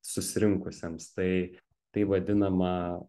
susirinkusiems tai tai vadinama